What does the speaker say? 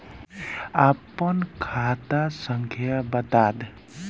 आपन खाता संख्या बताद